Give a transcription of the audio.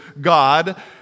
God